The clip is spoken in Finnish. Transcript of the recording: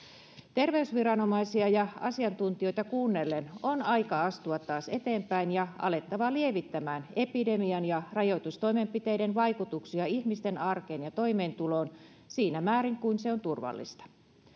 terveysviranomaisia ja asiantuntijoita kuunnellen on aika astua taas eteenpäin ja alettava lievittämään epidemian ja rajoitustoimenpiteiden vaikutuksia ihmisten arkeen ja toimeentuloon siinä määrin kuin se on turvallista